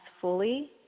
fully